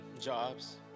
jobs